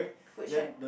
food shack